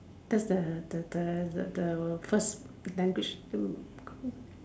that's a the the the the first language to